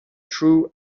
true